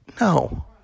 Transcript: No